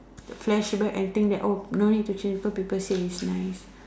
flashback and think that oh no need to change cause people say it's nice